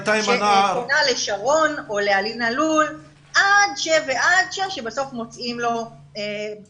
שפונה לשרון או לאלין אלול עד ש- ועד ש- עד שבסוף מוצאים לו פתרון.